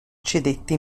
cedette